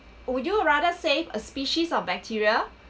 would you rather save a species of bacteria